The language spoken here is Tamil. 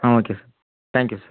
ah okay sir thank you sir